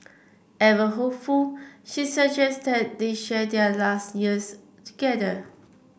ever hopeful she suggest that they share their last years together